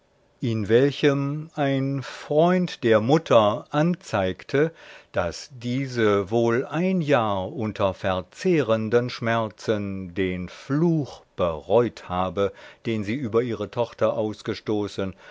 in welchem ein freund der mutter anzeigte daß diese wohl ein jahr unter verzehrenden schmerzen den fluch bereut habe den sie über ihre tochter ausgestoßen